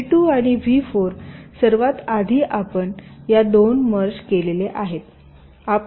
V 2 आणि V 4 सर्वात आधी आपण या 2 मर्ज केले आहेत